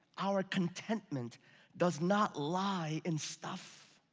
our contentment does not lie in stuff.